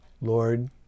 Lord